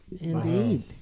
Indeed